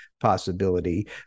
possibility